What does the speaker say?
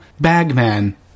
Bagman